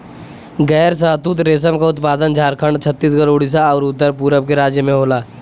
गैर शहतूत रेशम क उत्पादन झारखंड, छतीसगढ़, उड़ीसा आउर उत्तर पूरब के राज्य में होला